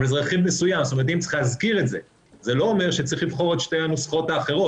זה לא אומר שצריך לבחור את שתי הנוסחאות האחרות,